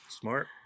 smart